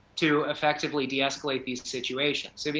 to effectively de escalate these situations. i mean